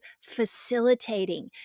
facilitating